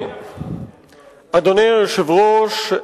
אדוני היושב-ראש,